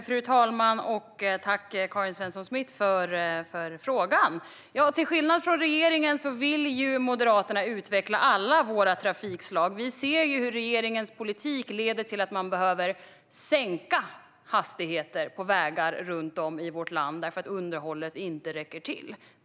Fru talman! Tack, Karin Svensson Smith, för frågan! Ja, till skillnad från regeringen vill vi i Moderaterna utveckla alla våra trafikslag. Vi ser hur regeringens politik leder till att man behöver sänka hastigheter på vägar runt om i vårt land för att underhållet inte räcker till.